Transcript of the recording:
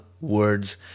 words